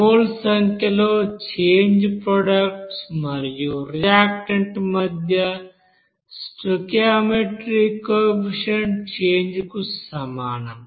moles సంఖ్యలో change product మరియు reactant మధ్య స్టోయికియోమెట్రిక్ కోఎఫిసిఎంట్ చేంజ్ కు సమానం